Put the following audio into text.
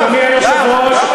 אדוני היושב-ראש,